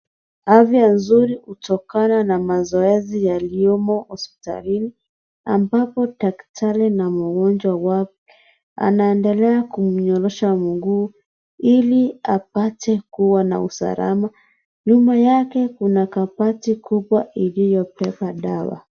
Afya nzuri kutokana na mazoezi yaliyomo hospitalini ambapo daktari na mgonjwa wapo, anaendelea kumnyorosha mguu ili apate kuwa na usalama, nyuma yake kuna kabati kubwa iliyobeba dawa.